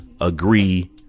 agree